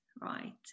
Right